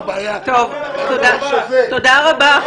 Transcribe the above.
תודה רבה.